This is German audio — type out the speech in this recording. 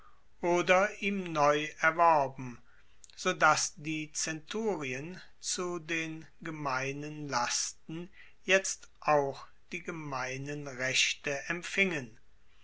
oder ihm neu erworben so dass die zenturien zu den gemeinen lasten jetzt auch die gemeinen rechte empfingen